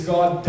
God